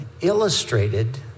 illustrated